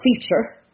feature